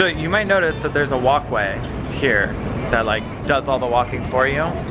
ah you might notice that there's a walkway here that, like, does all the walking for you.